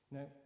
Now